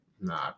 nah